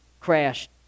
crashed